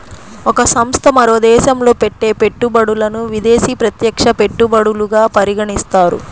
ఒక సంస్థ మరో దేశంలో పెట్టే పెట్టుబడులను విదేశీ ప్రత్యక్ష పెట్టుబడులుగా పరిగణిస్తారు